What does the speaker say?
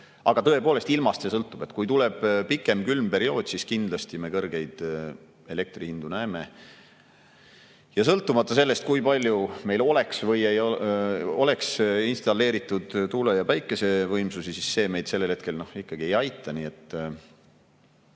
Tõepoolest, aga ilmast see sõltub. Kui tuleb pikem külm periood, siis kindlasti me kõrgeid elektrihindu näeme, sõltumata sellest, kui palju meil oleks installeeritud tuule‑ ja päikesevõimsusi, sest need meid sellel hetkel ikkagi ei aita. Nii et